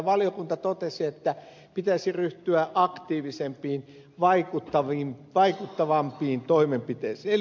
valiokunta totesi että pitäisi ryhtyä aktiivisempiin vaikuttavampiin toimenpiteisiin